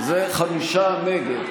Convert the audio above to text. חמישה נגד.